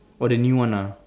for the new one lah